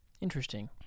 Interesting